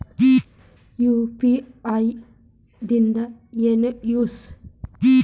UPI ದಿಂದ ಏನು use?